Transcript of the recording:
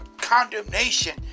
condemnation